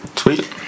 Sweet